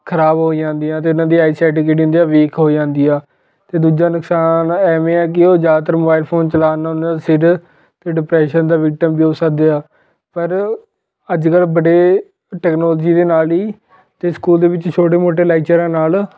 ਖਰਾਬ ਹੋ ਜਾਂਦੀਆਂ ਅਤੇ ਇਹਨਾਂ ਦੀ ਆਈਸੈਡ ਜਿਹੜੀ ਹੁੰਦੀ ਆ ਉਹ ਵੀਕ ਹੋ ਜਾਂਦੀ ਆ ਅਤੇ ਦੂਜਾ ਨੁਕਸਾਨ ਐਵੇਂ ਹੈ ਕਿ ਉਹ ਜ਼ਿਆਦਾਤਰ ਮੋਬਾਇਲ ਫੋਨ ਚਲਾਉਣ ਨਾਲ ਉਹਨਾਂ ਦਾ ਸਿਰ ਡਿਪਰੈਸ਼ਨ ਦਾ ਵਿਕਟਮ ਵੀ ਹੋ ਸਕਦੇ ਆ ਪਰ ਅੱਜ ਕੱਲ੍ਹ ਬੜੇ ਟੈਕਨੋਲੋਜੀ ਦੇ ਨਾਲ ਹੀ ਅਤੇ ਸਕੂਲ ਦੇ ਵਿੱਚ ਛੋਟੇ ਮੋਟੇ ਲੈਕਚਰਾਂ ਨਾਲ